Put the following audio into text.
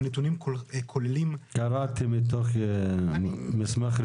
קראתי מתוך מסמך רשמי.